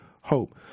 hope